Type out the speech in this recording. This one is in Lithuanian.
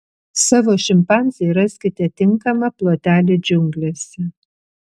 savo šimpanzei raskite tinkamą plotelį džiunglėse